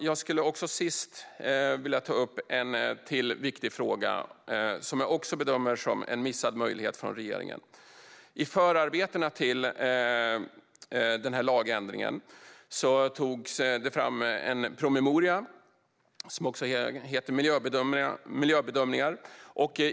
Jag skulle också till sist vilja ta upp ännu en viktig fråga som jag bedömer som en missad möjlighet från regeringen. I förarbetena till den här lagändringen togs det fram en promemoria som även den heter Miljöbedömningar .